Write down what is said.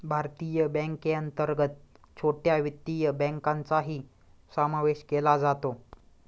भारतीय बँकेअंतर्गत छोट्या वित्तीय बँकांचाही समावेश केला जातो